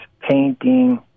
painting